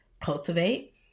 cultivate